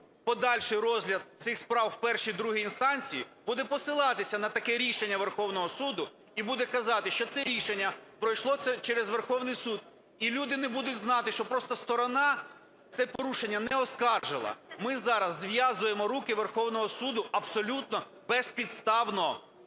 подальший розгляд цих справ в першій і другій інстанції буде посилатися на таке рішення Верховного Суду і буде казати, що це рішення пройшло через Верховний Суд, і люди не будуть знати, що просто сторона це порушення не оскаржила. Ми зараз зв'язуємо руки Верховного Суду абсолютно безпідставно.